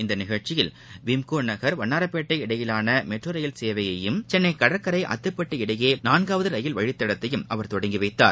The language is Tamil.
இந்த நிகழ்ச்சியில் விம்கோநன் வண்ணாரப்பேட்டை இடையேயான மெட்ரோ ரயில் சேவையையும் சென்னை கடற்கரை அத்திப்பட்டு இடையே நான்காவது ரயில் வழித்தடத்தையும் அவர் தொடங்கி வைத்தார்